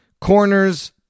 Corners